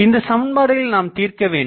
இந்தசமன்பாடுகளை நாம் தீர்க்க வேண்டும்